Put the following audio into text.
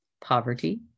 poverty